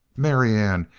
marianne,